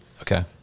okay